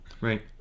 Right